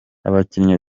abakinnyi